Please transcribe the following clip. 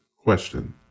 Question